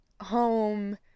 home